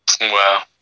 Wow